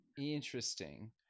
Interesting